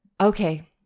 Okay